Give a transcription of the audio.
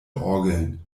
orgeln